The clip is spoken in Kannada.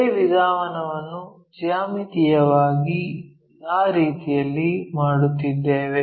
ಅದೇ ವಿಧಾನವನ್ನು ಜ್ಯಾಮಿತೀಯವಾಗಿ ಆ ರೀತಿಯಲ್ಲಿ ಮಾಡುತ್ತಿದ್ದೇವೆ